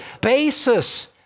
basis